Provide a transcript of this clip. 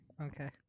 Okay